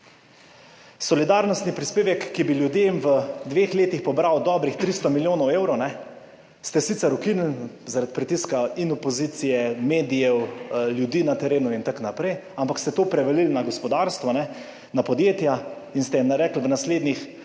Solidarnostni prispevek, ki bi ljudem v dveh letih pobral dobrih 300 milijonov evrov, ste sicer ukinili zaradi pritiska opozicije, medijev, ljudi na terenu in tako naprej, ampak ste to prevalili na gospodarstvo, na podjetja in ste rekli, v naslednjih